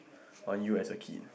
on you as a kid